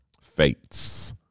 fates